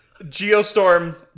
Geostorm